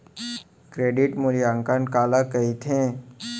Credit मूल्यांकन काला कहिथे?